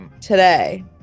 today